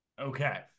Okay